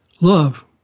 love